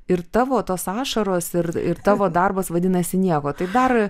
ir tavo tos ašaros ir ir tavo darbas vadinasi nieko tai dar